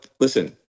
Listen